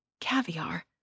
caviar